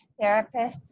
therapists